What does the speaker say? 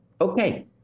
okay